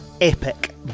epic